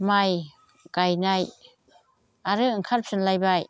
माइ गायनाय आरो ओंखारफिनलायबाय